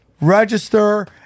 register